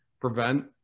prevent